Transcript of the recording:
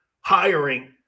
hiring